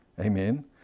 Amen